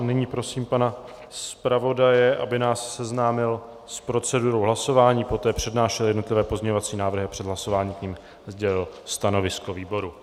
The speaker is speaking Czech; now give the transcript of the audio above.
A nyní prosím pana zpravodaje, aby nás seznámil s procedurou hlasování, poté přednášel jednotlivé pozměňovací návrhy a před hlasováním k nim sdělil stanovisko výboru.